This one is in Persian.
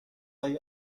های